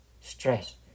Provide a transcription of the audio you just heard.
stress